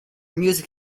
music